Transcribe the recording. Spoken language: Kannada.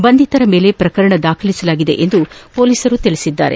ಬಂಧಿತರ ಮೇಲೆ ಶ್ರಕರಣ ದಾಖಲಿಸಲಾಗಿದೆಯೆಂದು ಪೊಲೀಸರು ತಿಳಿಸಿದ್ದಾರೆ